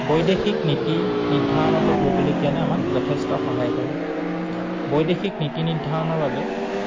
বৈদেশিক নীতি নিৰ্ধাৰণতো ভৌগোলিক জ্ঞানে আমাক যথেষ্ট সহায় কৰে বৈদেশিক নীতি নিৰ্ধাৰণৰ বাবে